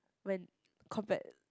when compared